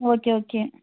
okay okay